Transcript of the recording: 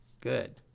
good